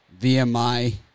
VMI